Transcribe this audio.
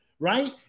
Right